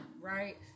Right